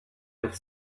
have